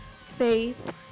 faith